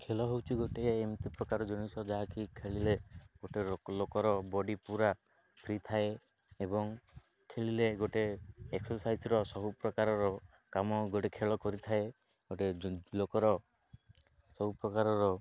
ଖେଳ ହେଉଛି ଗୋଟିଏ ଏମିତି ପ୍ରକାର ଜିନିଷ ଯାହାକି ଖେଳିଲେ ଗୋଟେ ଲୋକର ବଡ଼ି ପୁରା ଫ୍ରି ଥାଏ ଏବଂ ଖେଳିଲେ ଗୋଟେ ଏକ୍ସରସାଇଜ୍ର ସବୁ ପ୍ରକାରର କାମ ଗୋଟେ ଖେଳ କରିଥାଏ ଗୋଟେ ଲୋକର ସବୁ ପ୍ରକାରର